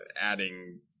adding